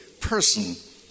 person